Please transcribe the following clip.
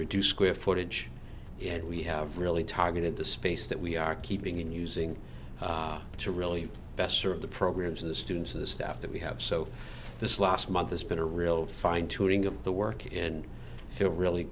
reduced square footage and we have really targeted the space that we are keeping in using to really best serve the programs of the students and the staff that we have so this last month has been a real fine tuning of the work in here really